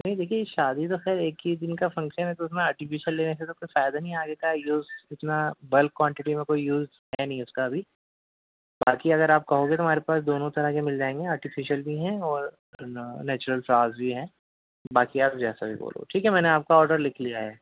نہیں دیکھیے شادی تو خیر ایک ہی دِن کا فنکشن ہے تو اُس میں آرٹیفیشیل لینے سے تو کوئی فائدہ نہیں ہے آگے کیا ہے یُوز اتنا بلک کوانٹیٹی میں کوئی یوز ہے نہیں اُس کا ابھی باقی اگر آپ کہو گے تو ہمارے پاس دونوں طرح کے مِل جائیں گے آرٹیفیشئل بھی ہیں اور نیچرل فلاورز بھی ہیں باقی آپ جیسا بھی بولو ٹھیک ہے میں نے آپ کا آرڈر لِکھ لیا ہے